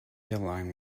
airline